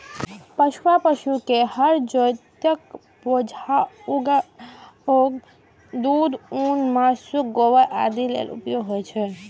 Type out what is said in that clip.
पोसुआ पशु के हर जोतय, बोझा उघै, दूध, ऊन, मासु, गोबर आदि लेल उपयोग होइ छै